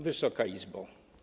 Wysoka Izbo!